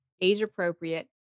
age-appropriate